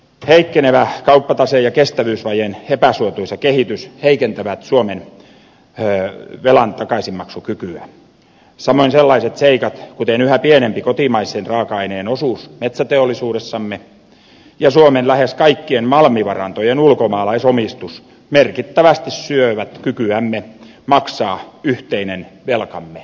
heikkenevä kauppatase ja kestävyysvajeen epäsuotuisa kehitys heikentävät suomen velan takaisinmaksukykyä samoin sellaiset seikat kuten yhä pienempi kotimaisen raaka aineen osuus metsäteollisuudessamme ja suomen lähes kaikkien malmivarantojen ulkomaalaisomistus merkittävästi syövät kykyämme maksaa yhteinen velkamme joskus takaisin